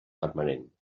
permanent